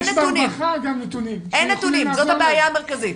זאת הבעיה המרכזית.